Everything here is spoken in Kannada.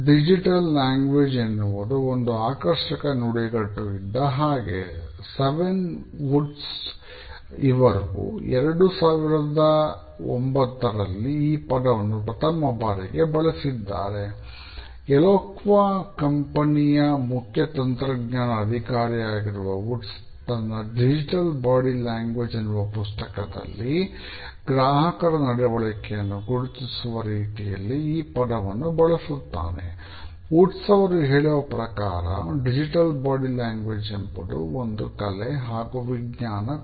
ಡಿಜಿಟಲ್ ಲ್ಯಾಂಗ್ವೇಜ್ ಎಂಬುದು ಒಂದು ಕಲೆ ಹಾಗೂ ವಿಜ್ಞಾನ ಕೂಡ